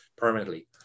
permanently